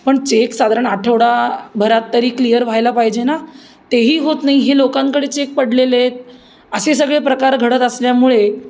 पण चेक साधारण आठवडा भरात तरी क्लिअर व्हायला पाहिजे ना तेही होत नाही हे लोकांकडे चेक पडलेले आहेत असे सगळे प्रकार घडत असल्यामुळे